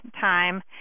time